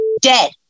dead